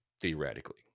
theoretically